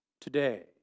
today